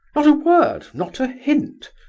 but a word, not a hint!